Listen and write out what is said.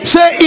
Say